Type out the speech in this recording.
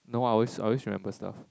no I always I always remember stuff